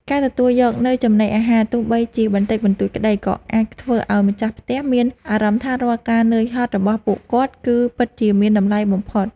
ការទទួលយកនូវចំណីអាហារទោះបីជាបន្តិចបន្តួចក្តី ក៏អាចធ្វើឱ្យម្ចាស់ផ្ទះមានអារម្មណ៍ថារាល់ការនឿយហត់របស់ពួកគាត់ គឺពិតជាមានតម្លៃបំផុត។